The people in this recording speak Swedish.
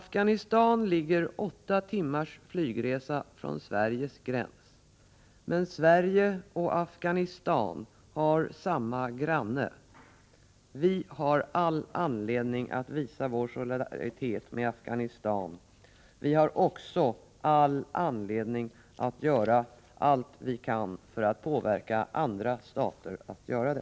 Afghanistan ligger åtta timmars flygresa från Sveriges gräns, men Sverige och Afghanistan har samma granne. Vi har all anledning att visa vår solidaritet med Afghanistan. Vi har också all anledning att göra allt vi kan för att påverka andra stater att göra det.